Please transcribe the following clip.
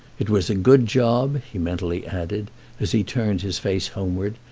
it was a good job, he mentally added as he turned his face homeward,